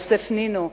יוסף נינו,